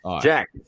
Jack